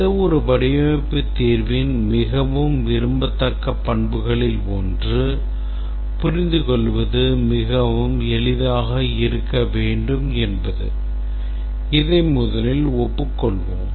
எந்தவொரு வடிவமைப்பு தீர்வின் மிகவும் விரும்பத்தக்க பண்புகளில் ஒன்று புரிந்துகொள்வது மிகவும் எளிதாக இருக்க வேண்டும் என்பது இதை முதலில் ஒப்புக்கொள்வோம்